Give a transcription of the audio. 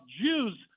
Jews